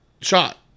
shot